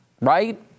Right